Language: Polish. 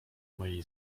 mojej